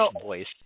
voice